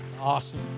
awesome